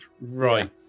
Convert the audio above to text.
right